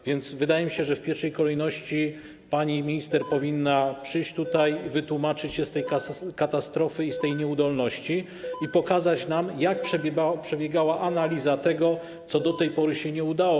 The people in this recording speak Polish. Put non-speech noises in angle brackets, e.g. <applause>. A więc wydaje mi się, że w pierwszej kolejności pani minister powinna <noise> przyjść tutaj, wytłumaczyć się z tej katastrofy, z tej nieudolności i pokazać nam, jak przebiegała analiza tego, co do tej pory się nie udało.